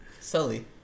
Sully